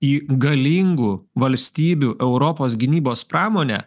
į galingų valstybių europos gynybos pramonę